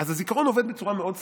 אז הזיכרון עובד בצורה מאוד סלקטיבית.